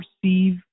perceive